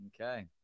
Okay